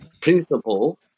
principle